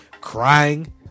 crying